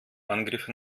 angriff